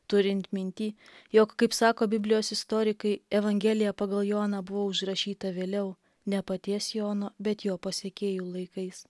turint minty jog kaip sako biblijos istorikai evangelija pagal joną buvo užrašyta vėliau ne paties jono bet jo pasekėjų laikais